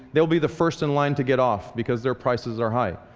they'll be the first in line to get off because their prices are high.